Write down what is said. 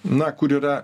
na kur yra